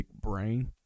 brain